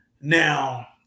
Now